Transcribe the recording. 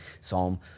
Psalm